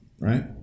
Right